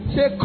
Say